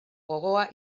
gogoa